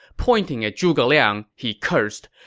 pointing at zhuge liang, he cursed.